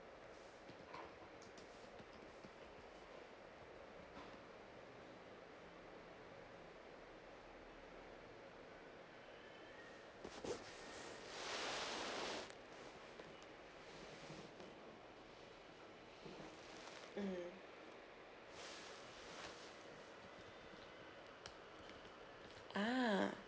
ah